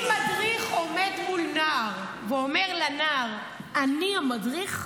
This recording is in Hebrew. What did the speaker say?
אם מדריך עומד מול נער ואומר לנער: אני המדריך,